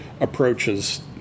approaches